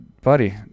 buddy